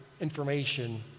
information